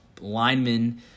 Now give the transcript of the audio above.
linemen